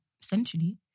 Essentially